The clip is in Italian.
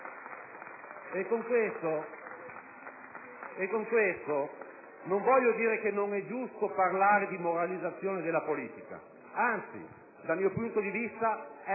Belisario)*. Non voglio dire che non è giusto parlare di moralizzazione della politica; anzi, dal mio punto di vista, è